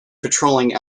patrolling